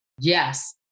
Yes